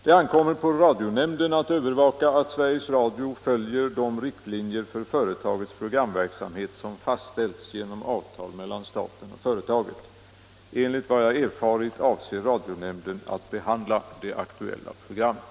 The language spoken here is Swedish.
Det ankommer på radionämnden att övervaka, att Sveriges Radio följer de riktlinjer för företagets programverksamhet som fastställts genom avtal mellan staten och företaget. Enligt vad jag erfarit avser radionämnden att behandla det aktuella programmet.